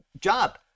job